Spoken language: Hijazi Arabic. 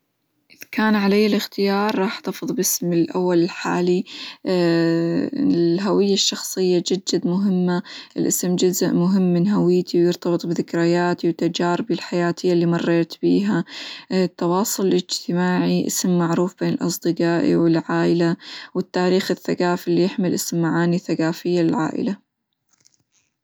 إذ كان علي الإختيار راح أحتفظ باسمي الأول الحالي الهوية الشخصية جد جد مهمة، الاسم جزء مهم من هويتي، ويرتبط بذكرياتي، وتجاربي الحياتية اللي مريت بيها، التواصل الإجتماعي، اسم معروف بين أصدقائي، والعائلة، والتاريخ الثقافي اللي يحمل اسم معاني ثقافية للعائلة.